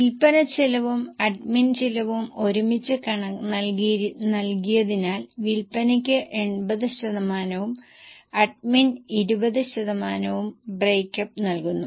വിൽപനച്ചെലവും admin ചിലവും ഒരുമിച്ച് നൽകിയതിനാൽ വിൽപനയ്ക്ക് 80 ശതമാനവും അഡ്മിൻ 20 ശതമാനവും ബ്രേക്ക് അപ്പ് നൽകുന്നു